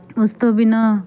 ਉਸ ਤੋਂ ਬਿਨਾਂ